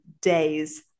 days